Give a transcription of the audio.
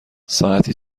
ساعتی